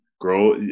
grow